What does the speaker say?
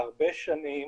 הרבה שנים,